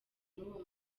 n’uwo